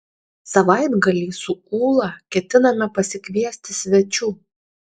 savaitgalį su ūla ketiname pasikviesti svečių